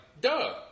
duh